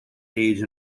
page